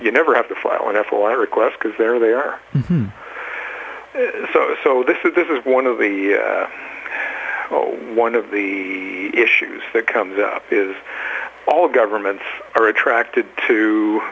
you never have to file an foia requests because there they are so so this is this is one of the one of the issues that comes up is all governments are attracted to